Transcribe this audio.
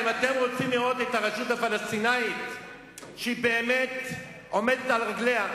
אם אתם רוצים לראות את הרשות הפלסטינית עומדת על רגליה,